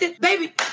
baby